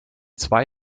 zwei